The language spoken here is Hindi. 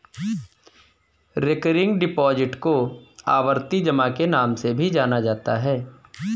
रेकरिंग डिपॉजिट को आवर्ती जमा के नाम से भी जाना जाता है